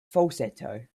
falsetto